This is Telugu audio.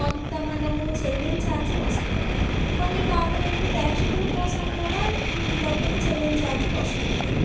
కొంతమనము చెల్లించాల్సి వస్తుంది కొన్ని టోర్నమెంట్ ప్రేక్షకుల కోసం కూడా డబ్బులు చెల్లించాల్సి వస్తుంది